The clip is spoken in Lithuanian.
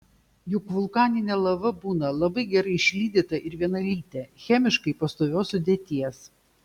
juk vulkaninė lava būna labai gerai išlydyta ir vienalytė chemiškai pastovios sudėties